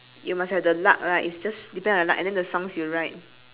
you must have the luck lah and is just be there the luck and then the songs you write